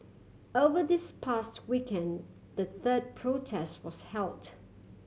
over this past weekend the third protest was held